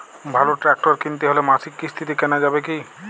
ভালো ট্রাক্টর কিনতে হলে মাসিক কিস্তিতে কেনা যাবে কি?